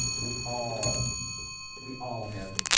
we all we all have